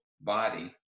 body